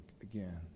again